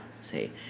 See